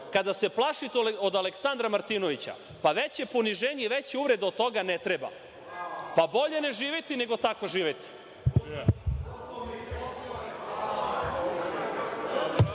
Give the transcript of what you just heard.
kada se plašite od Aleksandra Martinovića. Pa, veće poniženje i veće uvrede od toga ne treba. Bolje ne živeti nego tako živeti.